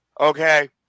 Okay